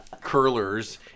curlers